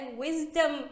wisdom